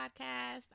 podcast